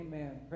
Amen